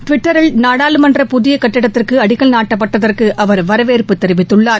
டுவிட்டரில் நாடாளுமன்ற புதிய கட்டிடத்திற்கு அடிக்கல் நாட்டப்பட்டதற்கு அவர் வரவேற்பு தெரிவித்துள்ளார்